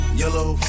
yellow